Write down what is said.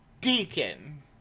Deacon